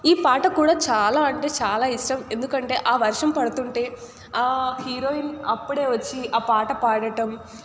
ఈ పాట కూడా చాలా అంటే చాలా ఇష్టం ఎందుకంటే ఆ వర్షం పడుతుంటే ఆ హీరోయిన్ అప్పుడే వచ్చి ఆ పాట పాడటం